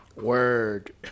Word